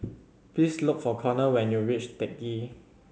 please look for Conor when you reach Teck Ghee